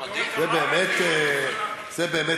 זה באמת נורא.